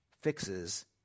fixes